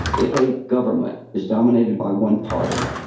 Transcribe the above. if a government is dominated by one party,